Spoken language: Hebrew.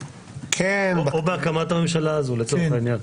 או בהקמת הממשלה הזו, לצורך העניין.